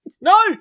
No